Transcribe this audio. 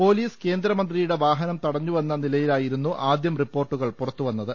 police കേന്ദ്രമന്ത്രിയുടെ വാഹനം തടഞ്ഞുവെന്ന നിലയിലായിരുന്നു ആദ്യം റിപ്പോർട്ടുകൾ പുറത്തുവന്നത്